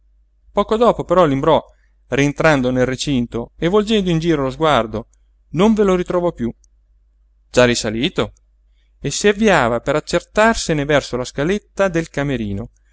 poco dopo però l'imbrò rientrando nel recinto e volgendo in giro lo sguardo non ve lo ritrovò piú già risalito e si avviava per accertarsene verso la scaletta del camerino